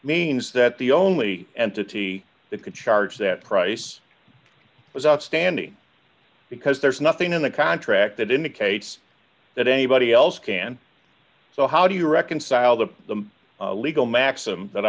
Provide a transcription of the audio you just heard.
means that the only entity that could charge that price was outstanding because there is nothing in the contract that indicates that anybody else can so how do you reconcile the the legal maxim that